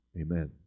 Amen